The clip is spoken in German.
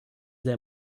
der